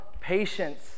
patience